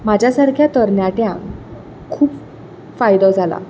म्हाज्या सारक्या तरणाट्यांक खूब फायदो जालां